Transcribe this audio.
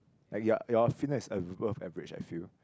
like ya your fitness is above average I feel